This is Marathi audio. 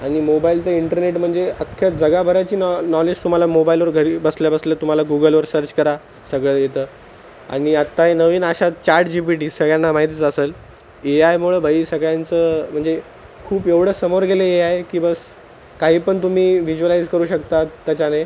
आणि मोबाइलचं इंटरनेट म्हणजे अख्ख्या जगभराची नॉ नॉलेज तुम्हाला मोबाइलवर घरी बसल्याबसल्या तुम्हाला गूगलवर सर्च करा सगळं येतं आणि आत्ताही नवीन अशात चाटजीपीटी सगळ्यांना माहितीच असंल ए आयमुळं भाई सगळ्यांचं म्हणजे खूप एवढं समोर गेलं ए आय की बस काही पण तुम्ही व्हिज्युलाइझ करू शकतात त्याच्याने